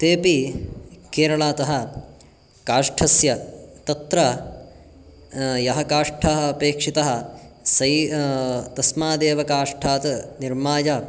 तेपि केरळातः काष्ठस्य तत्र यः काष्ठः अपेक्षितः सै तस्मादेव काष्ठात् निर्माय